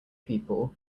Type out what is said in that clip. people